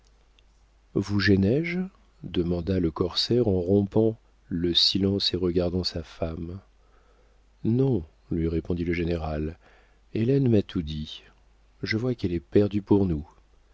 vous gêné je demanda le corsaire en rompant le silence et regardant sa femme non lui répondit le général hélène m'a tout dit je vois qu'elle est perdue pour nous